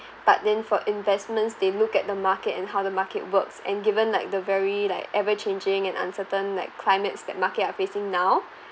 but then for investments they look at the market and how the market works and given like the very like ever-changing and uncertain like climates that market are facing now